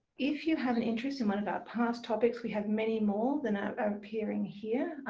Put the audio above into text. if you have an interest in one of our past topics we have many more than ah are appearing here,